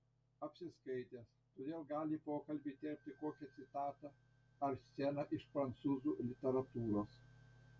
apsiskaitęs todėl gali į pokalbį įterpti kokią citatą ar sceną iš prancūzų literatūros